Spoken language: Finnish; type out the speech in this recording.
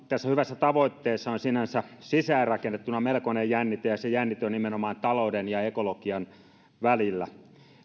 tässä hyvässä tavoitteessa on sinänsä sisään rakennettuna melkoinen jännite ja se jännite on nimenomaan talouden ja ekologian välillä